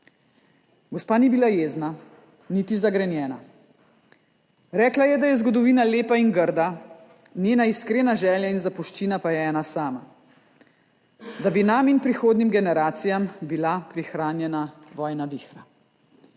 Gospa ni bila jezna niti zagrenjena. Rekla je, da je zgodovina lepa in grda. Njena iskrena želja in zapuščina pa je ena sama, da bi nam in prihodnjim generacijam bila prihranjena vojna vihra.